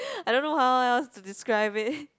I don't know how else to describe it